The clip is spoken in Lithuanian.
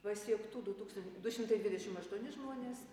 pasiektų du tūkstan du šimtai dvidešim aštuoni žmonės